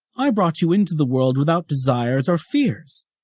i brought you into the world without desires or fears,